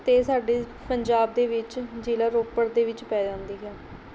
ਅਤੇ ਸਾਡੇ ਪੰਜਾਬ ਦੇ ਵਿੱਚ ਜ਼ਿਲ੍ਹਾ ਰੋਪੜ ਦੇ ਵਿੱਚ ਪੈ ਜਾਂਦੀ ਹੈ